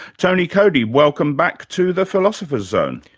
tony cody, welcome back to the philosopher's zone.